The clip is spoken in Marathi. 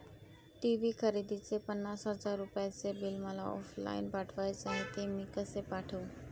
टी.वी खरेदीचे पन्नास हजार रुपयांचे बिल मला ऑफलाईन पाठवायचे आहे, ते मी कसे पाठवू?